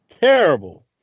Terrible